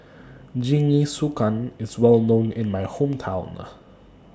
Jingisukan IS Well known in My Hometown